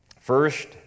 First